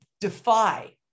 defy